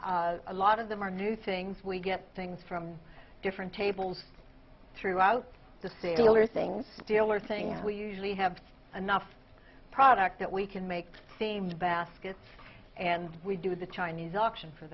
auction a lot of them are new things we get things from different tables throughout the silver things dealer saying we usually have enough product that we can make themed baskets and we do the chinese auction for